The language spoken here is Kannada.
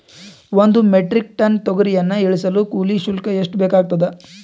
ಒಂದು ಮೆಟ್ರಿಕ್ ಟನ್ ತೊಗರಿಯನ್ನು ಇಳಿಸಲು ಕೂಲಿ ಶುಲ್ಕ ಎಷ್ಟು ಬೇಕಾಗತದಾ?